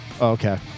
okay